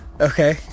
Okay